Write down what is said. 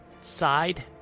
side